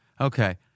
Okay